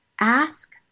Ask